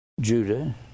Judah